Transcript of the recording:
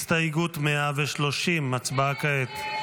הסתייגות 130, הצבעה כעת.